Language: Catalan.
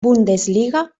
bundesliga